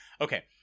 Okay